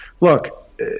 look